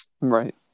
Right